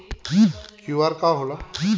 QR का होला?